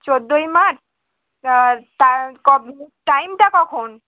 চোদ্দোই মার্চ তা তা কবে টাইমটা কখন